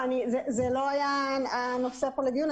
זה לא היה הנושא פה לדיון.